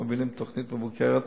מובילים תוכנית מבוקרת